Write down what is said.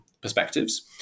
perspectives